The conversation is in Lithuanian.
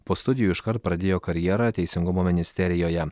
po studijų iškart pradėjo karjerą teisingumo ministerijoje